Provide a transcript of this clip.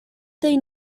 they